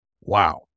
Wow